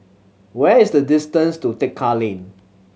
where is the distance to Tekka Lane